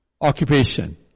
occupation